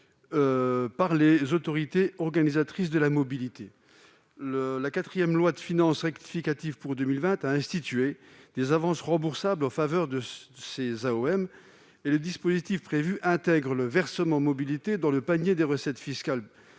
aux autorités organisatrices de la mobilité (AOM). La quatrième loi de finances rectificative pour 2020 a institué des avances remboursables en faveur des AOM. Le dispositif prévu intègre le versement mobilité dans le panier des recettes fiscales